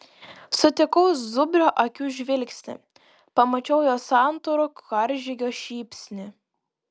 sutikau zubrio akių žvilgsnį pamačiau jo santūrų karžygio šypsnį